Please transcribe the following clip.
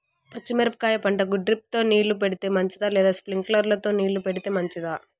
పచ్చి మిరపకాయ పంటకు డ్రిప్ తో నీళ్లు పెడితే మంచిదా లేదా స్ప్రింక్లర్లు తో నీళ్లు పెడితే మంచిదా?